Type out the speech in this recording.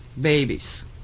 babies